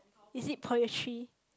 is it poetry